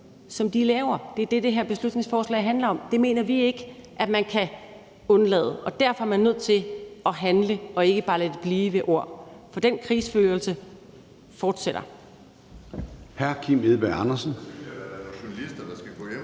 som de laver. Det er det, det her beslutningsforslag handler om. Det mener vi ikke at man kan undlade, og derfor er man nødt til at handle og ikke bare lade det blive ved ord. For den krigsførelse fortsætter. Kl. 13:35 Formanden (Søren Gade): Hr.